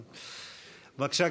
בבקשה,